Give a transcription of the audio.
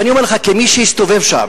ואני אומר לך, כמי שהסתובב שם: